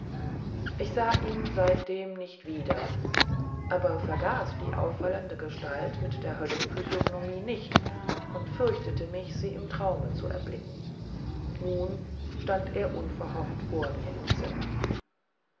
ich sah ihn seitdem nie wieder aber vergaß die auffallende gestalt mit der höllenphysiognomie nicht und fürchtete mich sie im traume zu erblicken nun stand er unverhofft vor mir im zimmer